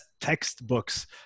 textbooks